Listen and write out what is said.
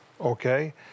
Okay